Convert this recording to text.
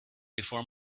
before